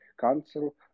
Council